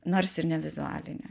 nors ir ne vizualinė